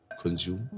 consume